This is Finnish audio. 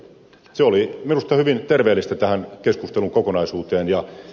se oli minusta hyvin terveellistä tässä keskustelun kokonaisuudessa